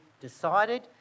decided